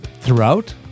throughout